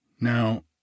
Now